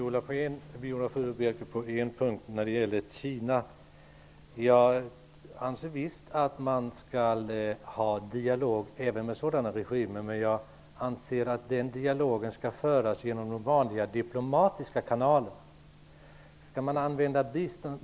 Herr talman! Jag anser, Viola Furubjelke, att man visst skall ha en dialog även med regimer som den i Kina, men den bör föras genom de vanliga diplomatiska kanalerna.